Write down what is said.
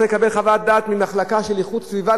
לקבל חוות דעת ממחלקה של איכות סביבה,